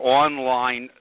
online